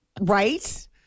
right